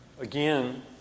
Again